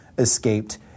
escaped